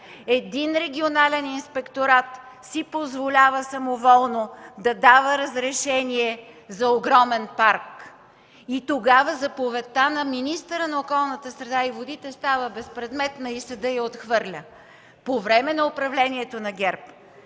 един регионален инспекторат си позволява самоволно да дава разрешение за огромен парк и тогава заповедта на министъра на околната среда и водите става безпредметна и съдът я отхвърля – по време на управлението на ГЕРБ!